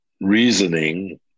reasoning